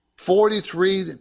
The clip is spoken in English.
Forty-three